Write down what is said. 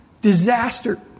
disaster